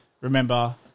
remember